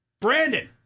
Brandon